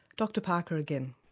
dr parker again.